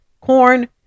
corn